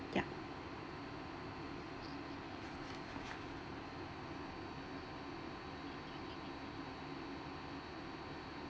yeah